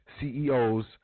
CEO's